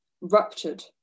ruptured